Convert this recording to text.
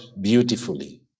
beautifully